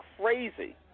crazy